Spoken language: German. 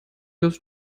das